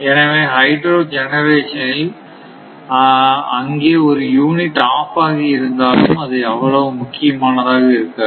எனவே hydro generation அங்கே ஒரு யூனிட் ஆஃப் ஆகி இருந்தாலும் அது அவ்வளவு முக்கியமானதாக இருக்காது